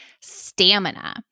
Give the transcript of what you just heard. stamina